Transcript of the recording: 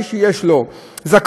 מי שיש לו זכאות,